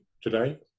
today